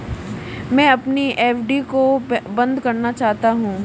मैं अपनी एफ.डी को बंद करना चाहता हूँ